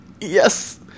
Yes